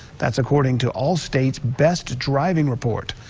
that's according to allstate's best driving report.